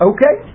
Okay